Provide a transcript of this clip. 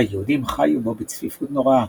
היהודים חיו בו בצפיפות נוראה,